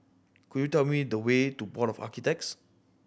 could you tell me the way to Board of Architects